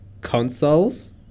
consoles